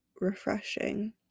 refreshing